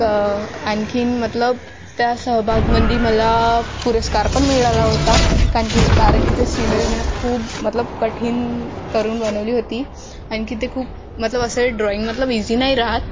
क आणखीन मतलब त्या सहभागमध्ये मला पुरस्कार पण मिळाला होता कारण की कारण की ते सीनेरी मी खूप मतलब कठीण करुन बनवली होती आणखी ते खूप मतलब असे ड्रॉईंग मतलब इझी नाही रहात